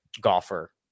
golfer